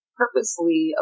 purposely